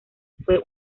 fue